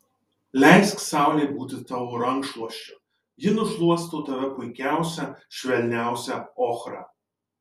leisk saulei būti tavo rankšluosčiu ji nušluosto tave puikiausia švelniausia ochra